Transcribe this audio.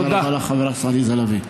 תודה רבה לך, חברת הכנסת עליזה לביא.